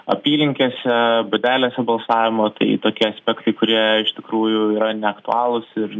apylinkėse būdelėse balsavimo tai tokie aspektai kurie iš tikrųjų yra neaktualūs ir